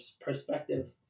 perspective